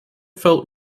felt